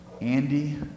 Andy